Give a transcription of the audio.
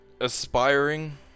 aspiring